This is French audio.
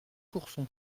courson